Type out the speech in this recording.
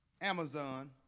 Amazon